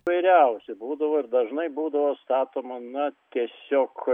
įvriausi būdavo ir dažnai būdavo statoma na tiesiog